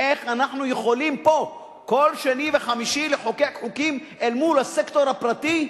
איך אנחנו יכולים פה כל שני וחמישי לחוקק חוקים אל מול הסקטור הפרטי,